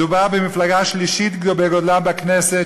מדובר במפלגה השלישית בגודלה בכנסת,